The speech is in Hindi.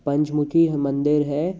पंचमुखी मंदिर है